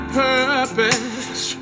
purpose